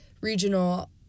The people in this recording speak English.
regional